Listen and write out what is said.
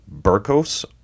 burkos